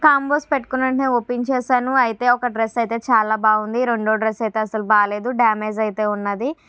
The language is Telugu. కాంబోస్ పెట్టుకున్న వెంటనే ఓపెన్ చేసాను అయితే ఒక డ్రెస్ అయితే చాలా బాగుంది రెండవ డ్రెస్సు అయితే అసలు బాగోలేదు డామేజ్ అయితే ఉన్నది